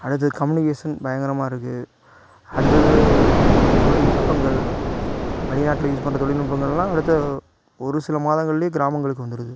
அடுத்து கமுனிகேஷன் பயங்கரமாக இருக்குது அடுத்தது தொழில்நுட்பங்கள் விளையாட்டில் யூஸ் பண்ணுற தொழில்நுட்பங்கள்லாம் அடுத்த ஒரு சில மாதங்களில் கிராமங்களுக்கு வந்துருது